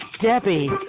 Debbie